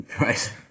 Right